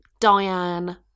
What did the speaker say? Diane